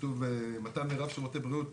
כתוב 'מתן מרב שירותי בריאות